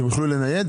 שהם יוכלו לנייד?